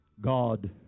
God